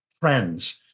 trends